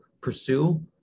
pursue